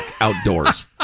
outdoors